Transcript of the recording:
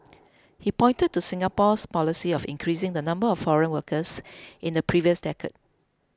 he pointed to Singapore's policy of increasing the number of foreign workers in the previous decade